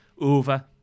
over